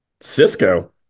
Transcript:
Cisco